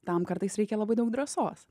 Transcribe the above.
tam kartais reikia labai daug drąsos